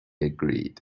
agreed